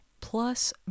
plus